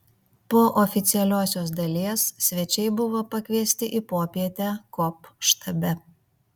po oficialiosios dalies svečiai buvo pakviesti į popietę kop štabe